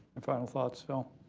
and final thoughts, phil?